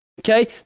okay